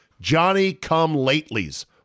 Johnny-come-latelys